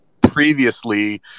previously